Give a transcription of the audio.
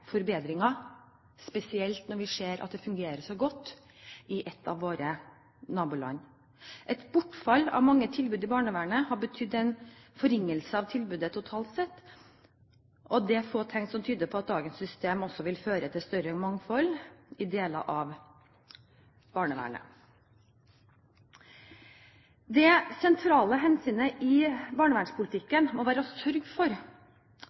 spesielt når vi ser at det fungerer så godt i ett av våre naboland. Et bortfall av mange tilbud i barnevernet har betydd en forringelse av tilbudet totalt sett, og det er få tegn som tyder på at dagens system vil føre til større mangfold i deler av barnevernet. Det sentrale hensynet i barnevernspolitikken må være å sørge for